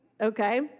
Okay